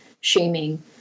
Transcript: shaming